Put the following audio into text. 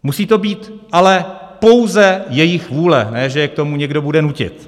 Musí to být ale pouze jejich vůle, ne že je k tomu někdo bude nutit.